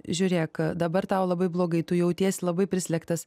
žiūrėk dabar tau labai blogai tu jauties labai prislėgtas